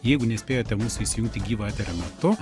jeigu nespėjote mums įsijungti gyvą eterio metu